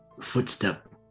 footstep